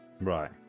Right